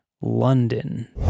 London